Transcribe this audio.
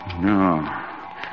No